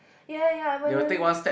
ya ya ya when you